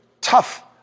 tough